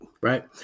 right